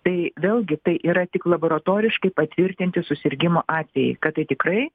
tai vėlgi tai yra tik laboratoriškai patvirtinti susirgimų atvejai kad tai tikrai